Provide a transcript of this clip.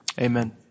amen